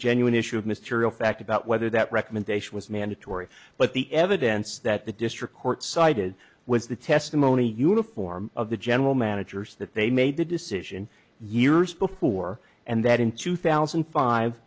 genuine issue of mysterious fact about whether that recommendation was mandatory but the evidence that the district court cited was the testimony uniform of the general managers that they made the decision years before and that in two thousand